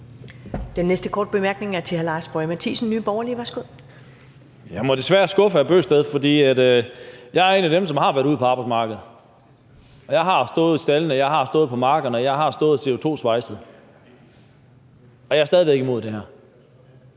Jeg må desværre skuffe hr. Bent Bøgsted, for jeg er en af dem, som har været ude på arbejdsmarkedet. Jeg har stået i staldene, jeg har stået på markerne, jeg har stået og CO2-svejset, og jeg er stadig væk imod det her.